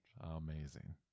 Amazing